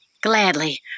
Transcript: Gladly